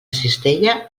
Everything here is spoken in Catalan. cistella